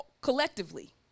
collectively